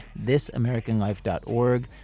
thisamericanlife.org